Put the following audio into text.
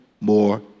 more